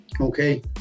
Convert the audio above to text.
okay